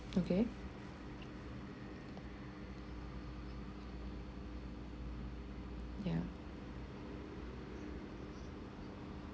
okay ya